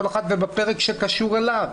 וכל אחד בפרק שקשור אליו.